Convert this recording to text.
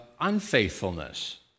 unfaithfulness